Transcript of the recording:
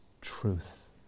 truth